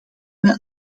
mij